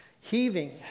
Heaving